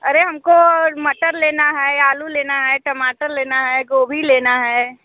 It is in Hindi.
अरे हमको मटर लेना है आलू लेना है टमाटर लेना है गोभी लेना है